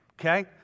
okay